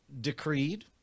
decreed